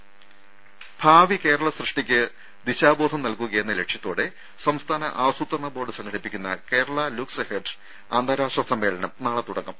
രുര ഭാവികേരള സൃഷ്ടിക്ക് ദിശാബോധം നൽകുകയെന്ന ലക്ഷ്യത്തോടെ സംസ്ഥാന ആസൂത്രണബോർഡ് സംഘടിപ്പിക്കുന്ന കേരള ലുക്ക്സ് എഹെഡ് അന്താരാഷ്ട്ര സമ്മേളനം നാളെ തുടങ്ങും